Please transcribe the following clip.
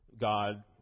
God